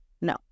No